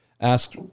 Asked